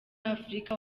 afurika